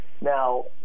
now